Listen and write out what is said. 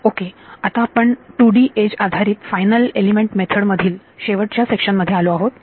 okay आता आपण 2D edge आधारित फायनल एलिमेंट मेथड मधील शेवटच्या सेक्शन मध्ये आलो आहोत